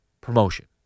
promotion